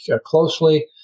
closely